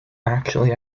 actually